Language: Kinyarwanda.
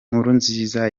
nkurunziza